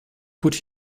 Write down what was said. put